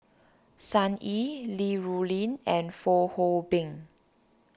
Sun Yee Li Rulin and Fong Hoe Beng